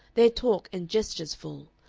their talk and gestures full,